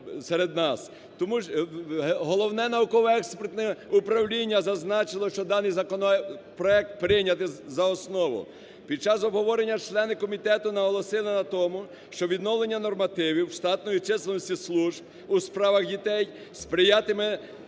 Тому... Головне науково-експертне управління зазначило, що даний законопроект прийнятий за основу. Під час обговорення члени комітету наголосили на тому, що відновлення нормативів штатної чисельності служб у справах дітей сприятиме